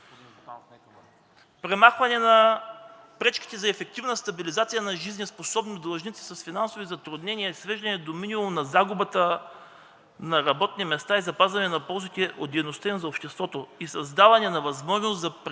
премахване на пречките за ефективна стабилизация на жизнеспособни длъжници с финансови затруднения; свеждане до минимум на загубата на работни места и запазване на ползите от дейността им за обществото и създаване на възможности за предприемачите